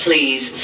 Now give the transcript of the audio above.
Please